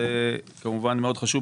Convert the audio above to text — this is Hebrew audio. זה כמובן מאוד חשוב,